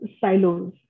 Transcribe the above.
silos